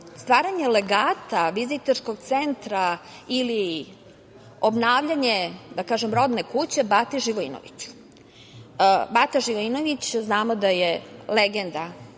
stvaranje legata, Vizitorskog centra ili obnavljanje, da kažem, rodne kuće Bate Živojinovića. Bata Živojinović znamo da je glumačka